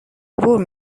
عبور